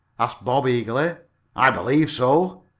asked bob, eagerly. i believe so.